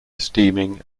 steaming